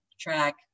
track